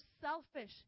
selfish